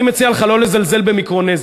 אני מציע לך לא לזלזל במיקרונזיה.